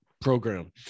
program